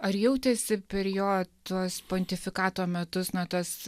ar jautėsi per jo tuos pontifikato metus na tas